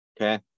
Okay